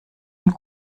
und